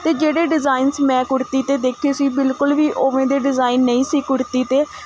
ਅਤੇ ਜਿਹੜੇ ਡਿਜ਼ਾਈਨਜ਼ ਮੈਂ ਕੁੜਤੀ 'ਤੇ ਦੇਖੇ ਸੀ ਬਿਲਕੁਲ ਵੀ ਉਵੇਂ ਦੇ ਡਿਜ਼ਾਈਨ ਨਹੀਂ ਸੀ ਕੁੜਤੀ 'ਤੇ